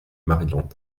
maryland